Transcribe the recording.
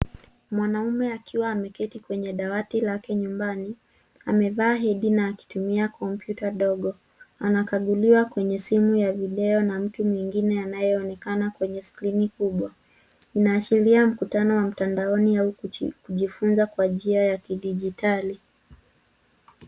Mwanamume akiwa ameketi kwenye dawati lake nyumbani, amevaa head na akitumia kompyuta dogo. Anakaguliwa kwenye simu ya video na mtu mwingine anayeonekana kwenye skrini kubwa. Inaashiria mkutano wa mtandaoni au kujifunza kwa njia ya kidijitali.